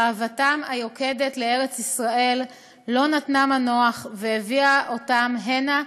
אהבתם היוקדת לארץ ישראל לא נתנה להם מנוח והביאה אותם הנה,